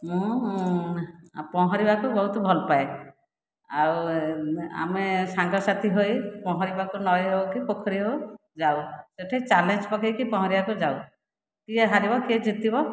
ମୁଁ ପହଁରିବାକୁ ବହୁତ ଭଲପାଏ ଆଉ ଆମେ ସାଙ୍ଗ ସାଥି ହୋଇ ପହଁରିବାକୁ ନଈ ହେଉ କି ପୋଖରୀରେ ହେଉ ଯାଉ ସେଠି ଚ୍ୟାଲେଞ୍ଜ୍ ପକେଇକି ପହଁରିବାକୁ ଯାଉ କିଏ ହାରିବ କିଏ ଜିତିବ